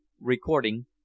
Recording